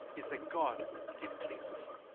is that god is pleased with you.